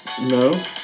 No